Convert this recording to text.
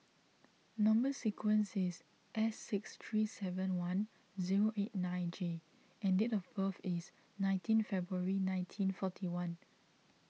Number Sequence is S six three seven one zero eight nine J and date of birth is nineteen February nineteen forty one